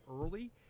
early